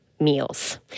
Meals